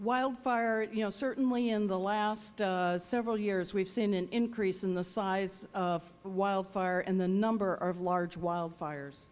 wildfire you know certainly in the last several years we have seen an increase in the size of wildfires and the number of large wildfires